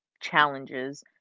challenges